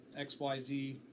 XYZ